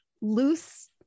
loose